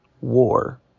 war